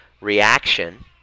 reaction